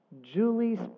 Julie's